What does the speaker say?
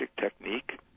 technique